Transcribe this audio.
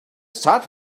start